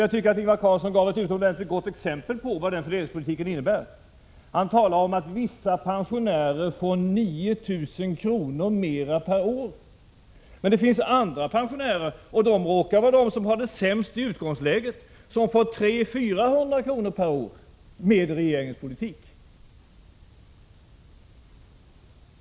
Jag tycker att Ingvar Carlsson gav ett utomordentligt gott exempel på vad den fördelningspolitiken innebär. Han talar om att vissa pensionärer får 9 000 kr. mer per år. Men det finns andra pensionärer — och det råkar vara de som har det sämst i utgångsläget — som får 300-400 kr. mer per år med regeringens politik.